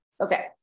Okay